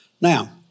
Now